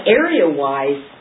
area-wise